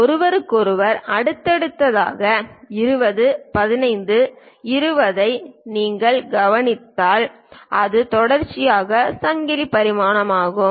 ஒருவருக்கொருவர் அடுத்ததாக 20 15 20 ஐ நீங்கள் கவனித்தால் அது தொடர்ச்சியான சங்கிலி பரிமாணமாகும்